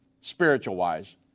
spiritual-wise